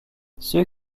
ceux